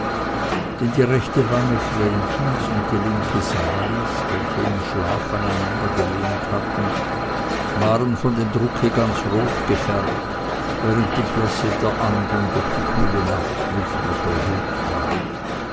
denn die rechte wange vrenchens und die linke salis welche im schlafe aneinander gelehnt hatten waren von dem drucke ganz rot gefärbt während die blässe der anderen durch die kühle nachtluft noch erhöht war